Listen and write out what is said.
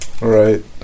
right